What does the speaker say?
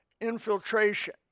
infiltration